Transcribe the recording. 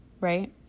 right